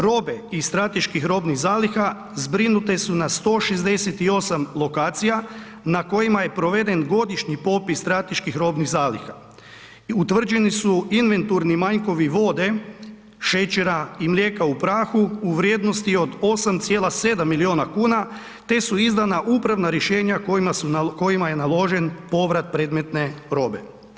Robe iz strateških robnih zaliha zbrinute su na 168 lokacija na kojima je proveden godišnji popis strateških robnih zaliha i utvrđeni su inventurni manjkovi vode, šećera i mlijeka u prahu u vrijednosti od 8,7 milijuna kn te su izdana upravna rješenja kojima je naložen povrat predmetne robe.